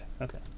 Okay